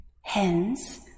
Hence